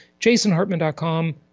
jasonhartman.com